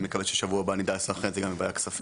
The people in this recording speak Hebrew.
אני מקווה שבשבוע הבא אנחנו נדע לסנכרן את זה גם בוועדת כספים.